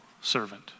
servant